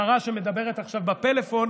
השרה שמדברת עכשיו בפלאפון,